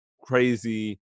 crazy